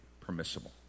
permissible